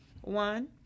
One